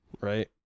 right